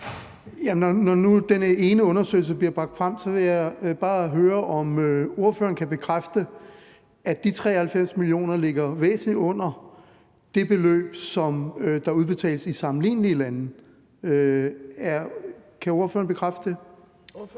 Når nu den ene undersøgelse bliver bragt frem, så vil jeg bare høre, om ordføreren kan bekræfte, at de 93 mio. kr. ligger væsentligt under det beløb, som der udbetales i sammenlignelige lande. Kan ordføreren bekræfte det?